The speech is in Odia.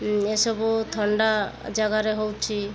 ଏସବୁ ଥଣ୍ଡା ଜାଗାରେ ହେଉଛି